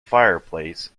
fireplace